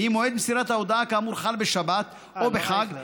ואם מועד מסירת ההודעה כאמור חל בשבת או בחג,